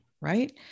right